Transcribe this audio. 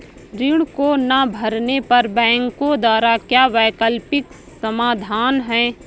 ऋण को ना भरने पर बैंकों द्वारा क्या वैकल्पिक समाधान हैं?